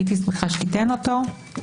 הייתי שמחה שתיתן אותו.